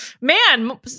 man